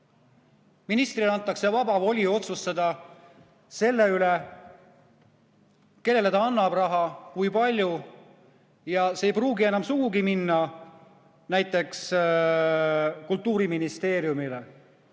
Ministrile antakse vaba voli otsustada selle üle, kellele ta annab raha ja kui palju. Ja see ei pruugi enam sugugi minna näiteks Kultuuriministeeriumile.